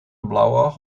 blauwalg